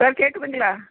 sir கேட்குதுங்களா